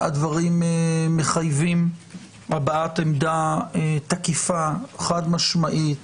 הדברים מחייבים הבעת עמדה תקיפה חד-משמעית,